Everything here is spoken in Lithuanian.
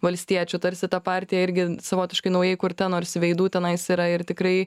valstiečių tarsi ta partija irgi savotiškai naujai įkurta nors veidų tenais yra ir tikrai